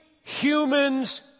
human's